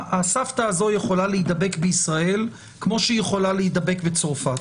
הסבתא הזו יכולה להידבק בישראל כמו שהיא יכולה להידבק בצרפת.